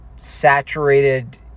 saturated